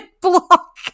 block